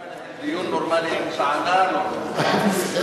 אתה מנהל דיון נורמלי עם טענה לא נורמלית.